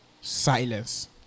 silence